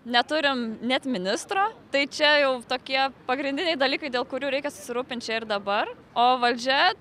neturim net ministro tai čia jau tokie pagrindiniai dalykai dėl kurių reikia susirūpinti čia ir dabar o valdžia